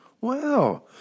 Wow